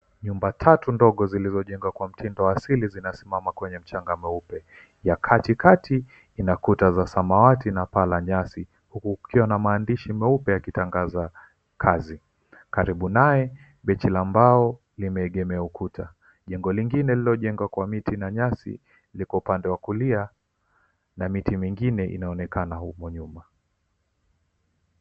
Nyumba tatu ndogo zilizojengwa kwa mtindo wa asili zinasimama kwenye mchanga mweupe. Ya katikati ina kuta za samawati na paa la nyasi huku kukiwa na maandishi meupe yakitangaza kazi. Karibu naye benchi la mbao limeegemea ukuta. Jengo lingine lililojengwa kwa miti na nyasi liko upande wa kulia na miti mingine inaonekana huko nyuma.